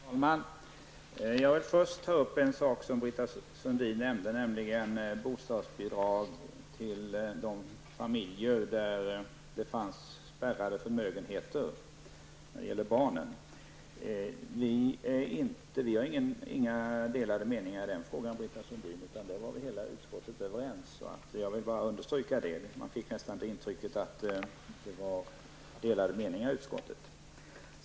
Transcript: Herr talman! Jag vill först ta upp en sak som Britta Sundin nämnde, nämligen bostadsbidrag till de familjer där det finns spärrade förmögenheter för barnen. Vi har inga delade meningar i den frågan, Britta Sundin, utan hela utskottet var överens. Jag vill bara understryka det, för man fick nästan ett intryck av att det var delade meningar i utskottet.